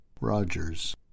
Rogers